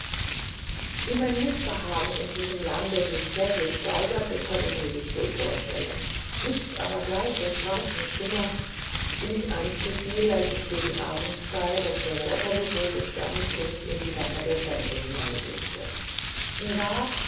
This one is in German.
wie mein mißbehagen in diesem lande sich täglich steigerte können sie sich wohl vorstellen nichts aber gleicht der schwarzen stimmung die mich einst befiel als ich gegen abendzeit auf der waterloobrücke stand und in die wasser der themse hineinblickte mir war